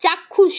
চাক্ষুষ